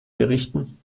berichten